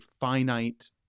finite –